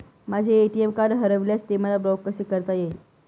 माझे ATM card हरविल्यास ते मला ब्लॉक कसे करता येईल?